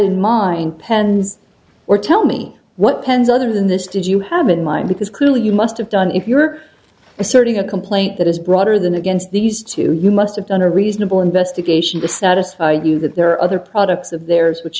in mind pens or tell me what pens other than this did you have in mind because clearly you must have done if you are asserting a complaint that is broader than against these two you must have done a reasonable investigation to satisfy you that there are other products of theirs which